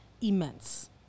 immense